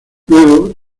luego